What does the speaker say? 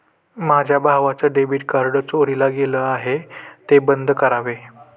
माझ्या भावाचं debit card चोरीला गेलं आहे, ते बंद करावे